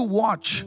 watch